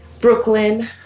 Brooklyn